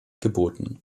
geboten